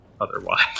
otherwise